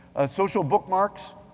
ah social bookmarks,